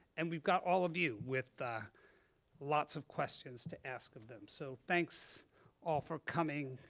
and we've got all of you, with ah lots of questions to ask of them, so thanks all for coming,